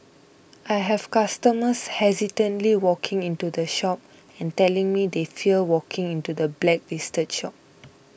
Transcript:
I have customers hesitantly walking into the shop and telling me they fear walking into the blacklisted shops